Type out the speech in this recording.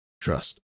trust